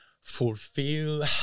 fulfill